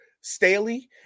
Staley